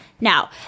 Now